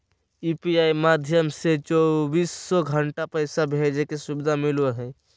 UPI माध्यम से चौबीसो घण्टा पैसा भेजे के सुविधा मिलो हय